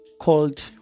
called